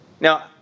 Now